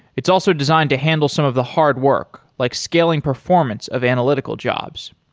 it's also designed to handle some of the hard work, like scaling performance of analytical jobs.